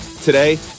today